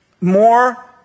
more